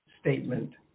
statement